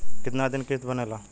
कितना दिन किस्त बनेला?